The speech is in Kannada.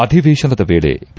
ಅಧಿವೇಶನದ ವೇಳೆ ಪಿ